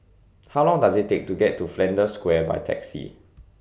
How Long Does IT Take to get to Flanders Square By Taxi